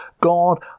God